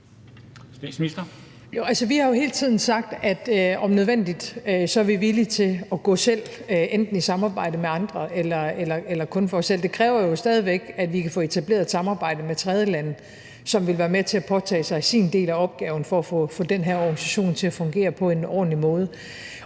Vi har jo hele tiden sagt, at vi om nødvendigt er villige til at gå selv, enten i samarbejde med andre eller kun for os selv. Det kræver jo stadig væk, at vi kan få etableret et samarbejde med tredjelande, som vil være med til at påtage sig deres del af opgaven for at få den her organisation til at fungere på en ordentlig måde.